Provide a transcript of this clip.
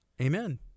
Amen